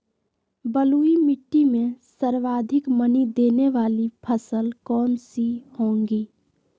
बलुई मिट्टी में सर्वाधिक मनी देने वाली फसल कौन सी होंगी?